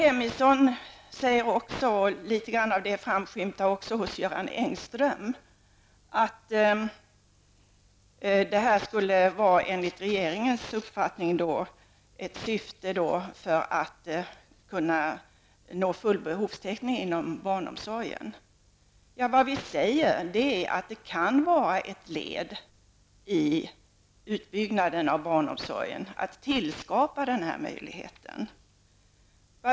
Engström, talade om att regeringens syfte med detta skulle vara att nå full behovstäckning inom barnomsorgen. Vad vi socialdemokrater säger är att om denna möjlighet tillskapas kan den vara ett led i utbyggnaden av barnomsorgen.